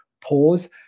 pause